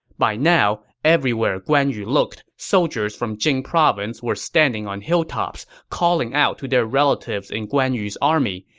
by now, everywhere guan yu looked, soldiers from jing province were standing on hilltops, calling out to their relatives in guan yu's army,